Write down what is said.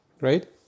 Right